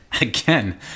again